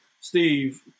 Steve